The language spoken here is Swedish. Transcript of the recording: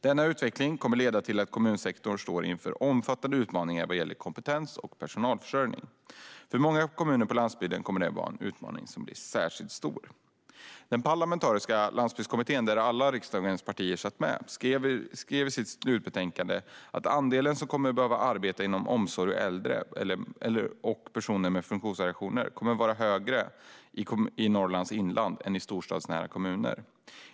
Denna utveckling kommer att leda till att kommunsektorn står inför omfattande utmaningar vad gäller kompetens och personalförsörjning. För många kommuner på landsbygden kommer denna utmaning att bli särskilt stor. Den parlamentariska Landsbygdskommittén, där alla riksdagens partier satt med, skrev i sitt slutbetänkande att andelen som kommer att behöva arbeta inom omsorgen av äldre och personer med funktionsvariationer kommer att vara högre i Norrlands inland än i storstadsnära kommuner.